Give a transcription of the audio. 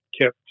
kept